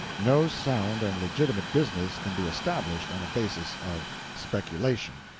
no sound and legitimate business can be established on a basis of speculation.